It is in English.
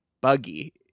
buggy